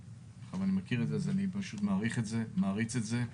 אני מכיר את זה ולכן אני מעריך ומעריץ את זה.